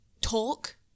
talk